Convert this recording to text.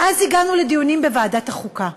ואז הגענו לדיונים בוועדת החוקה.